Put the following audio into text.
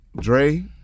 Dre